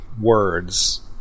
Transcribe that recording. words